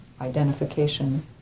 identification